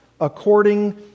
according